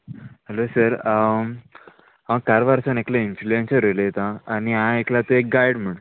hello sir हांव हांव कारवारसान एकलो इन्फ्लुएंसर उलयतां आनी हांवेन आयकला की तूं एक गायड म्हण